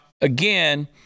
again